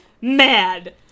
mad